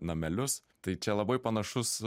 namelius tai čia labai panašus